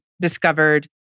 discovered